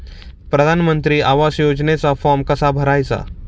प्रधानमंत्री आवास योजनेचा फॉर्म कसा भरायचा?